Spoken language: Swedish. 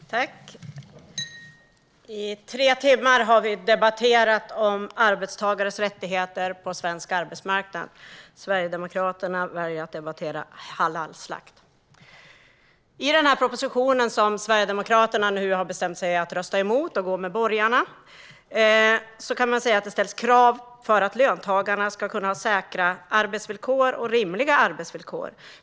Herr talman! I tre timmar har vi debatterat arbetstagares rättigheter på svensk arbetsmarknad. Sverigedemokraterna väljer att debattera halalslakt. I propositionen som Sverigedemokraterna nu har bestämt sig för att rösta emot - de går med borgarna - kan man säga att det ställs krav för att löntagarna ska kunna säkra rimliga arbetsvillkor.